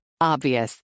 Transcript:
Obvious